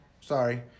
sorry